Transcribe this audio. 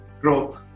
growth